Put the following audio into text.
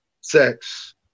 sex